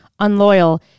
unloyal